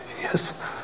Yes